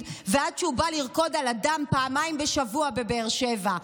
ועד שהוא בא לרקוד על הדם פעמיים בשבוע בבאר שבע?